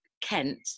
Kent